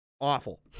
awful